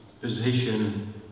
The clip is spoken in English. position